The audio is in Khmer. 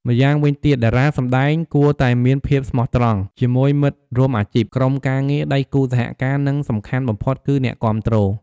ម្យ៉ាងវិញទៀតតារាសម្ដែងគួរតែមាន ភាពស្មោះត្រង់ ជាមួយមិត្តរួមអាជីព ក្រុមការងារ ដៃគូសហការ និងសំខាន់បំផុតគឺ អ្នកគាំទ្រ។